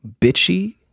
bitchy